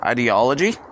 Ideology